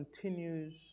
continues